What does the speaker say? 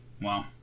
Wow